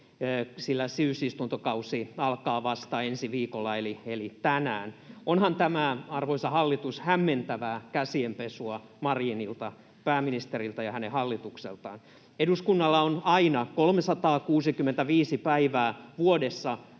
sillä syysistuntokausi alkaa vasta ensi viikolla — eli tänään. Onhan tämä, arvoisa hallitus, hämmentävää käsienpesua Marinilta, pääministeriltä ja hänen hallitukseltaan. Eduskunnalla on aina 365 päivää vuodessa